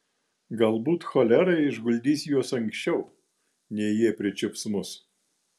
galbūt cholera išguldys juos anksčiau nei jie pričiups mus